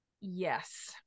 Yes